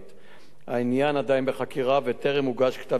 העניין עדיין בחקירה וטרם הוגש כתב-אישום בעניין הזה.